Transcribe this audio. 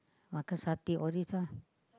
makan satay all these lah